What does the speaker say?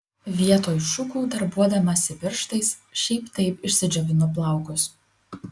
vietoj šukų darbuodamasi pirštais šiaip taip išsidžiovinu plaukus